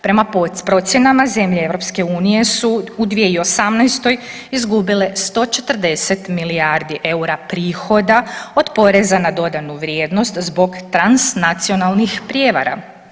Prema procjenama, zemlje EU su u 2018. izgubile 140 milijardi eura prihoda od poreza na dodanu vrijednost zbog transnacionalnih prijevara.